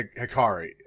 Hikari